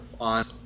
on